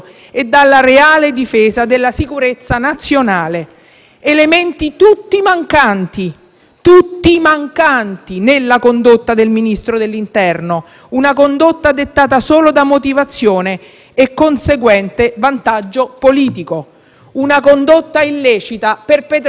tutti mancanti nella condotta del Ministro dell'interno; una condotta dettata solo da motivazione e conseguente vantaggio politico: una condotta illecita, perpetrata da un Ministro in perenne campagna elettorale e ripeto in perenne campagna elettorale!